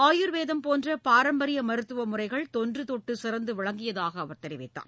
ஆயூர்வேதம் போன்ற பாரம்பரிய மருத்துவ முறைகள் தொன்றுதொட்டு சிறந்து விளங்கியதாக அவர் தெரிவித்தார்